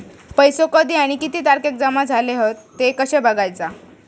पैसो कधी आणि किती तारखेक जमा झाले हत ते कशे बगायचा?